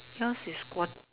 yours is one